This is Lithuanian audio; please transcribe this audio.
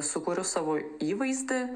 sukuriu savo įvaizdį